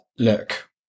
Look